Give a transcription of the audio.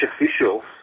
officials